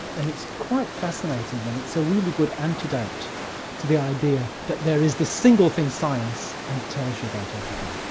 and it's quite fascinating, and it's a really good antidote to the idea that there is this single thing, science, and it tells you about everything.